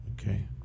Okay